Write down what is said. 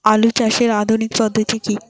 আলু চাষের আধুনিক পদ্ধতি কি?